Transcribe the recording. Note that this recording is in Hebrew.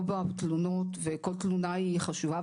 לא בתלונות וכל תלונה היא חשובה,